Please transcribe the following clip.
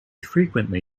frequently